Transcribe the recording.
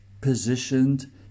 positioned